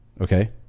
okay